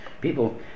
people